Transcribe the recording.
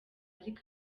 ariko